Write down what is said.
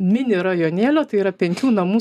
mini rajonėlio tai yra penkių namų